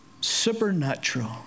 supernatural